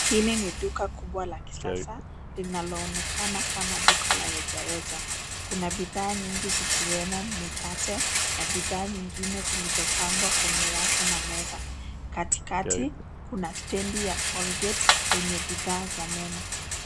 Hili ni duka kubwa la kisasa linaloonekana kama duka la rejareja. Kuna bidhaa nyingi zikiwemo mikate na bidhaa nyingine zilizopangwa kwenye rafu na meza. Katikati kuna stendi ya Colgate yenye bidhaa za meno.